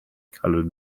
colored